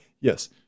yes